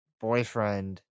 boyfriend